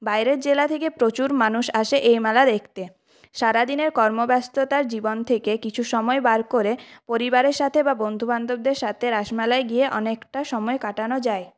বাইরের জেলা থেকে প্রচুর মানুষ আসে এই মেলা দেখতে সারাদিনের কর্মব্যস্ততার জীবন থেকে কিছু সময় বার করে পরিবারের সাথে বা বন্ধু বান্ধবদের সাথে রাসমেলায় গিয়ে অনেকটা সময় কাটানো যায়